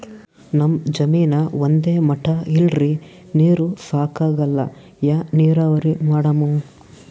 ನಮ್ ಜಮೀನ ಒಂದೇ ಮಟಾ ಇಲ್ರಿ, ನೀರೂ ಸಾಕಾಗಲ್ಲ, ಯಾ ನೀರಾವರಿ ಮಾಡಮು?